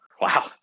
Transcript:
Wow